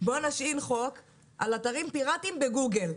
בואו נשעין חוק על אתרים פירטיים בגוגל.